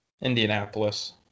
Indianapolis